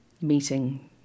meeting